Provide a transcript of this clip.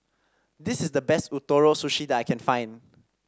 this is the best Ootoro Sushi that I can find